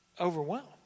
overwhelmed